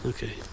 Okay